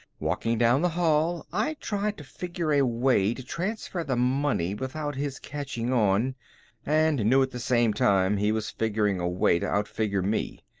walking down the hall, i tried to figure a way to transfer the money without his catching on and knew at the same time he was figuring a way to outfigure me.